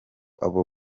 abo